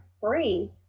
free